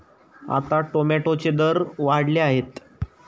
आता टोमॅटोचे दर वाढले आहेत